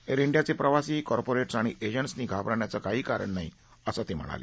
air इंडियाचे प्रवासी कार्पोरा झा आणि एजं झिनी घाबरण्याचं काहीही कारण नाही असंही ते म्हणाले